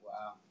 Wow